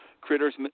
critters